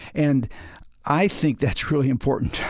and i think that's really important.